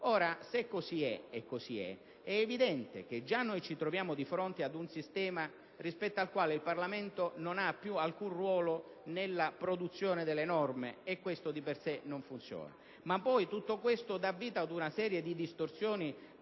Se così è - ed è così - è evidente che già ci troviamo di fronte ad un sistema rispetto al quale il Parlamento non ha più alcun ruolo nella produzione delle norme e questo, di per sé, non funziona. Tutto questo poi dà vita ad una serie di distorsioni